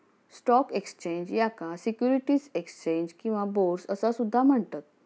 stock exchange, याका securities exchange किंवा bourse असा सुद्धा म्हणतत